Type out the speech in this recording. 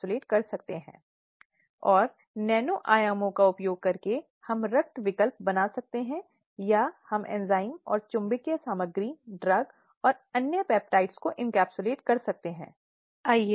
इसलिए चाहे वह बाहर हो या चाहे वह घर पर हो या कई समस्याएं और कई स्थितियां हैं जहां वह हिंसा का शिकार हो जाती है